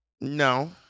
No